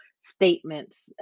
statements